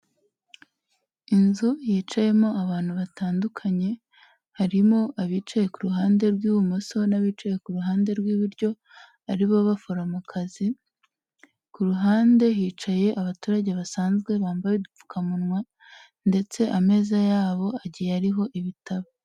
Inzu yicayemo abantu batandukanye harimo abicaye ku ruhande rw'ibumoso n'abicaye ku ruhande rw'iburyo aribo baforomokazi, ku ruhande hicaye abaturage basanzwe bambaye udupfukamunwa ndetse ameza yabo agiye ariho ibitabo.